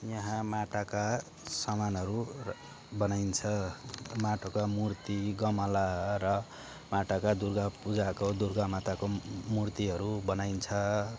यहाँ माटाका सामानहरू बनाइन्छ माटोका मूर्ति गमला र माटाका दुर्गा पूजाको दुर्गा माताको मूर्तिहरू बनाइन्छ